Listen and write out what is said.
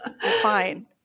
Fine